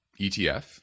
ETF